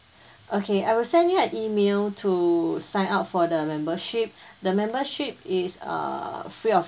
okay I will send you an email to sign up for the membership the membership is err free of